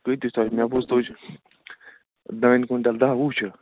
کۭتِس تانۍ مےٚ بوٗز تُہۍ چھُو دانہِ کوینٹَل دَہ وُہ چھِ